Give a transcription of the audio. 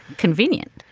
convenient.